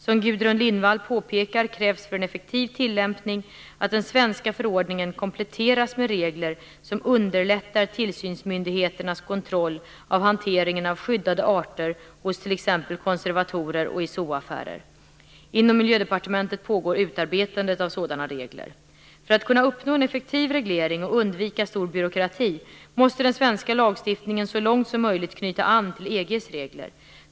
Som Gudrun Lindvall påpekar krävs för en effektiv tilllämpning att den svenska förordningen kompletteras med regler som underlättar tillsynsmyndigheternas kontroll av hanteringen av skyddade arter hos t.ex. konservatorer och i zooaffärer. Inom Miljödepartementet pågår utarbetandet av sådana regler. För att kunna uppnå en effektiv reglering och undvika stor byråkrati måste den svenska lagstiftningen så långt som möjligt knyta an till EG:s regler.